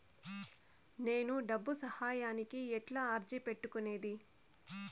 నేను డబ్బు సహాయానికి ఎట్లా అర్జీ పెట్టుకునేది?